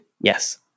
Yes